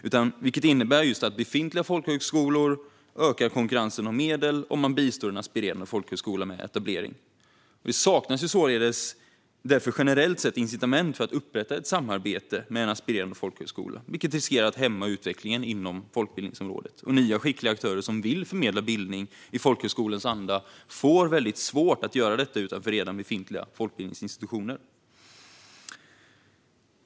Det innebär att befintliga folkhögskolor ökar konkurrensen om medel om de bistår en aspirerande folkhögskola med etablering. Det saknas därför generellt sett incitament för att upprätta ett samarbete med en aspirerande folkhögskola, vilket riskerar att hämma utvecklingen inom folkbildningsområdet. Nya skickliga aktörer som vill förmedla bildning i folkhögskolans anda får svårt att göra detta utanför redan befintliga folkbildningsinstitutioner.